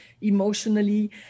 emotionally